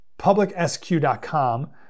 publicsq.com